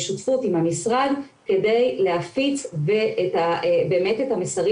בשותפות עם המשרד כדי להפיץ באמת את המסרים